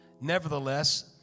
Nevertheless